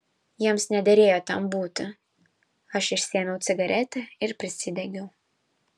jiems nederėjo ten būti aš išsiėmiau cigaretę ir prisidegiau